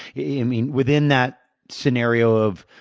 yeah mean, within that scenario of,